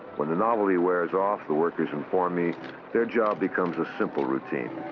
when the novelty wears off, the workers inform me their job becomes a simple routine,